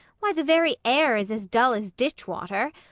why, the very air is as dull as ditchwater!